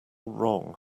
wrong